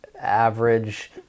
average